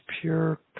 pure